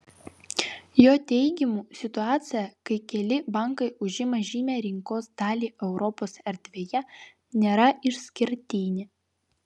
jo teigimu situacija kai keli bankai užima žymią rinkos dalį europos erdvėje nėra išskirtinė